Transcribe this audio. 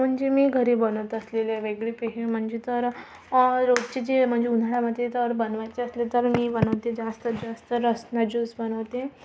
म्हणजे मी घरी बनत असलेल्या वेगळी पेह म्हणजे तर रोजची जी म्हणजे उन्हाळ्यामध्ये जर बनवायचे असले तर मी बनवते जास्तत जास्त रसना ज्यूस बनवते